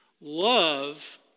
Love